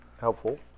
helpful